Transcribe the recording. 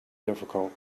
difficult